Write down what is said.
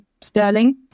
sterling